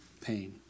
pain